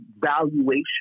valuation